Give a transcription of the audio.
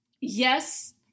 Yes